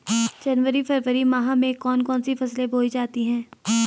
जनवरी फरवरी माह में कौन कौन सी फसलें बोई जाती हैं?